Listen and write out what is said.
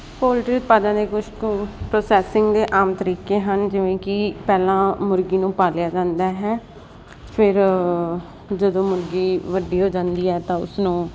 poultry ਉਤਪਾਦਾ ਦੇ ਕੁਛ ਕੁ ਪ੍ਰੋਸੈਸਿੰਗ ਦੇ ਆਮ ਤਰੀਕੇ ਹਨ ਜਿਵੇਂ ਕੀ ਪਹਿਲਾਂ ਮੁਰਗੀ ਨੂੰ ਪਾਲਿਆ ਜਾਂਦਾ ਹੈ ਫਿਰ ਜਦੋਂ ਮੁਰਗੀ ਵੱਡੀ ਹੋ ਜਾਂਦੀ ਹੈ ਤਾਂ ਉਸਨੂੰ